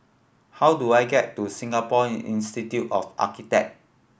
how do I get to Singapore Institute of Architect